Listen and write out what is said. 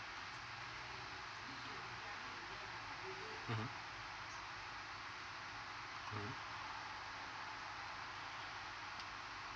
mmhmm